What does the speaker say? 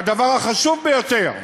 והדבר החשוב ביותר: